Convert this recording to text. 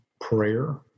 prayer